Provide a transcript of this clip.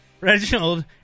Reginald